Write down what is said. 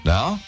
Now